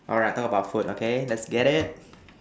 alright talk about food okay let's get it